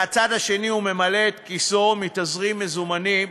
מהצד השני הוא ממלא את כיסו מתזרים מזומנים,